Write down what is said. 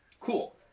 Cool